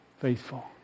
faithful